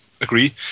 Agree